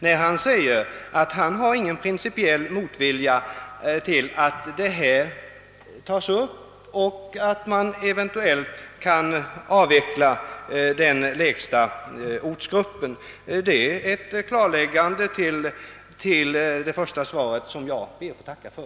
Han uttalade att han inte hyser någon principiell motvilja mot att denna fråga tas upp, så att den lägsta ortsgruppen eventuellt kan avvecklas. Det är ett klarläggande till hans första uttalande, som jag ber att få tacka för.